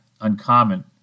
uncommon